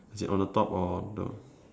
is it on the top or the